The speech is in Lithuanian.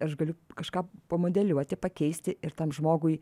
aš galiu kažką pamodeliuoti pakeisti ir tam žmogui